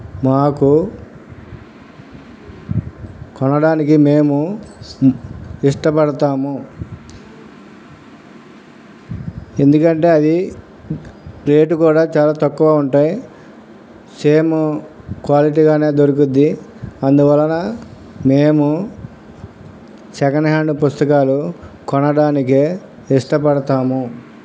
మాకు కొనడానికి మేము ఇష్టపడతాము ఎందుకు అంటే అది రేటు కూడా చాలా తక్కువ ఉంటాయి సేము క్వాలిటీగానే దొరుకుతుంది అందువలన మేము సెకండ్ హ్యాండ్ పుస్తకాలు కొనడానికే ఇష్టపడతాము